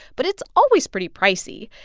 but it's always pretty pricey.